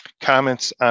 comments